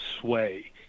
sway